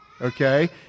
okay